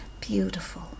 beautiful